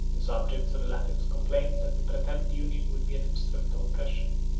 the subjects of the latins complained that the pretended union would be an instrument of oppression.